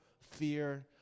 fear